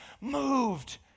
moved